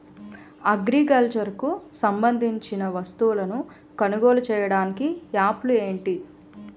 Agriculture కు సంబందించిన వస్తువులను కొనుగోలు చేయటానికి యాప్లు ఏంటి?